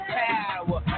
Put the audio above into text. power